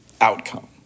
outcome